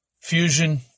fusion